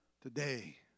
Today